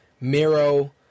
Miro